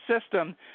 system